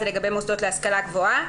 הוא לגבי מוסדות להשכלה גבוהה.